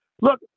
Look